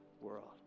world